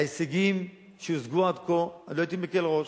ההישגים שהושגו עד כה, אני לא הייתי מקל ראש.